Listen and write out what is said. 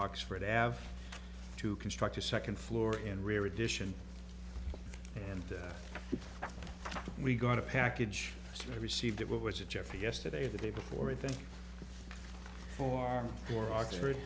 oxford av to construct a second floor and rare edition and we got a package i received it was a jeff yesterday the day before i think for our for our c